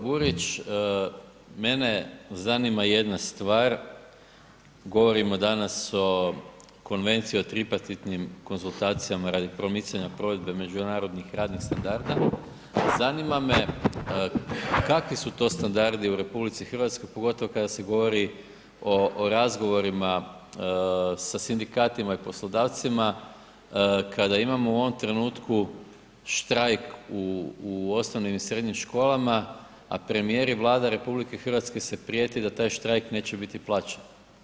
Burić, mene zanima jedna stvar, govorimo danas o Konvenciji o tripartitnim konzultacijama radi promicanja provedbe međunarodnih radnih standarda, zanima me kakvi su to standardi u RH pogotovo kada se govori o razgovorima sa sindikatima i poslodavcima kada imamo u ovom trenutku štrajk u osnovnim i srednjim školama a premijer i Vlada RH se prijete da taj štrajk neće biti plaćen.